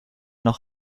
noch